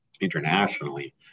internationally